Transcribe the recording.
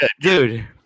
Dude